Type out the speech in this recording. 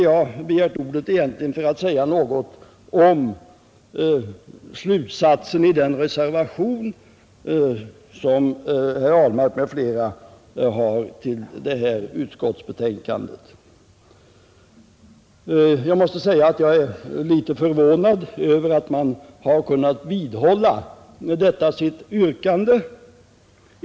Jag begärde ordet egentligen för att säga något om slutsatsen i den reservation som herr Ahlmark m.fl. avgivit till det här utskottsbetänkandet. Jag måste säga att jag är litet förvånad över att man har kunnat vidhålla sitt yrkande.